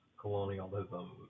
colonialism